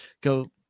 go